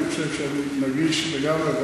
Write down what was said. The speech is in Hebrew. אני חושב שאני נגיש לגמרי,